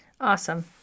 Awesome